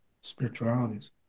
spiritualities